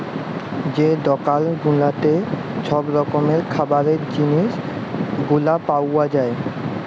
যে দকাল গুলাতে ছব রকমের খাবারের জিলিস গুলা পাউয়া যায়